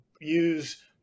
use